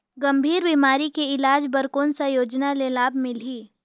गंभीर बीमारी के इलाज बर कौन सा योजना ले लाभ मिलही?